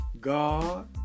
God